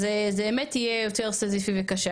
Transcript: אז זה באמת יהיה יותר סיזיפי וקשה.